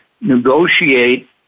Negotiate